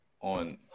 on